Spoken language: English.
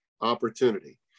opportunity